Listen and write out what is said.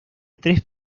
tres